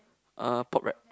uh pop rap